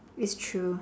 it's true